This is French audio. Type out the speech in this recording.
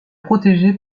protégé